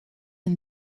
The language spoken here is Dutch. een